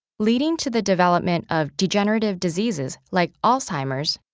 leading to the development of degenerative diseases, like alzheimer's,